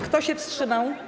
Kto się wstrzymał?